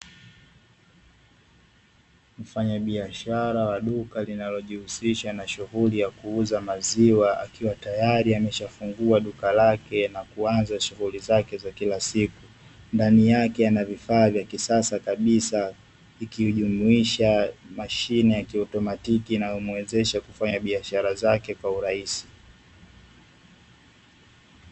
Mfanyabiashara wa duka linalojihusisha na shughuli ya kuuza maziwa, akiwa tayari ameshafungua duka lake na kuanza shughuli zake kila siku, ndani yake ana vifaa vya kisasa kabisa vikijumuisha mashine ya kiotomatiki inayomuwezesha kufanya biashara zake kwa urahisi.